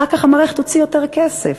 אחר כך המערכת תוציא יותר כסף.